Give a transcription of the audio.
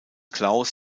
claus